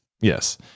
Yes